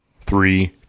Three